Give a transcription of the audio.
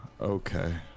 okay